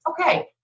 okay